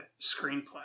screenplay